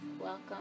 welcome